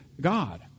God